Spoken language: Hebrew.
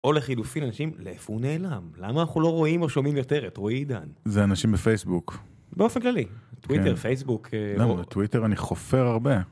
או לחילופין אנשים, לאיפה הוא נעלם? למה אנחנו לא רואים או שומעים יותר את רועי עידן? זה אנשים בפייסבוק. באופן כללי. טוויטר, פייסבוק... לא, בטוויטר אני חופר הרבה.